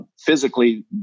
physically